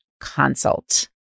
consult